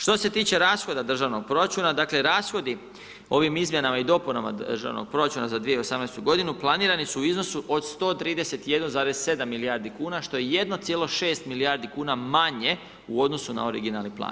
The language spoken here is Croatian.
Što se tiče rashoda državnog proračuna, dakle rashodi, ovim izmjenama i dopunama državnog proračuna za 2018. godinu planirani su u iznosu od 131,7 milijardi kuna što je 1,6 milijardi kuna manje u odnosu na originalni plan.